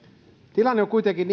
tilanne on kuitenkin